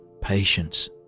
patience